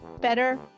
Better